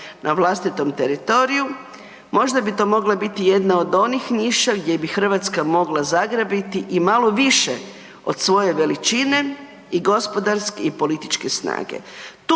na vlastitom teritoriju možda bi to mogla biti jedna od onih niša gdje bi Hrvatska mogla zagrabiti i malo više od svoje veličine i gospodarske i političke snage.